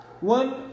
one